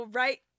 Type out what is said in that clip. right